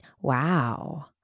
wow